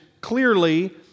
clearly